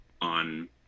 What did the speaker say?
on